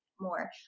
more